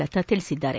ಲತಾ ತಿಳಿಸಿದ್ದಾರೆ